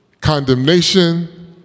condemnation